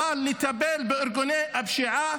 אבל לטפל בארגוני הפשיעה,